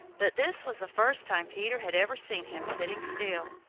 but this was the first time peter had ever seen him sitting still.